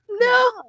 No